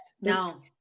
No